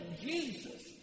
Jesus